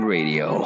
Radio